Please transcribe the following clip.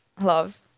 love